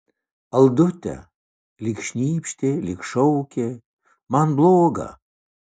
aldute lyg šnypštė lyg šaukė man bloga